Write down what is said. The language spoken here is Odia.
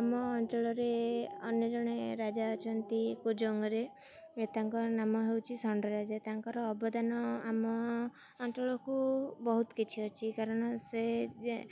ଆମ ଅଞ୍ଚଳରେ ଅନ୍ୟ ଜଣେ ରାଜା ଅଛନ୍ତି କୁଜଙ୍ଗରେ ତାଙ୍କର ନାମ ହେଉଛି ଷଣ୍ଡ ରାଜା ତାଙ୍କର ଅବଦାନ ଆମ ଅଞ୍ଚଳକୁ ବହୁତ କିଛି ଅଛି କାରଣ ସେ ଯେ